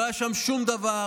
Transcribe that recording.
לא היה שם שום דבר,